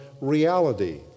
reality